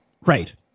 Right